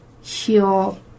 heal